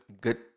good